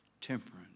temperance